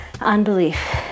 unbelief